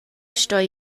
stoi